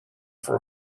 for